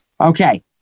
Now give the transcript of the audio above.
Okay